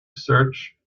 search